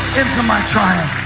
into my triumph.